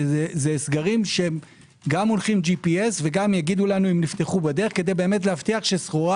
זה סגרים שגם הולכים GPS וגם יגידו לנו אם נפתחו בדרך כדי להבטיח שסחורה